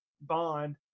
Bond